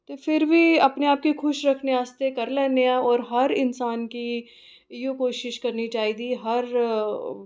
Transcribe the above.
ते फिर बी अपने आप गी खुश रक्खने आस्तै करी लैन्ने आं और हर इन्सान गी इ'यै कोशिश करनी चाहिदी ऐ हर